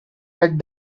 had